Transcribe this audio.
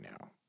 now